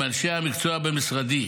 עם אנשי המקצוע במשרדי,